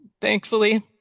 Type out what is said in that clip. Thankfully